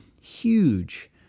huge